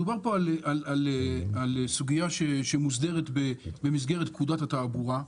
מדובר פה על סוגיה שמוסדרת במסגרת פקודת התעבורה,